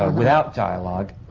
ah without dialogue.